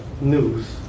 news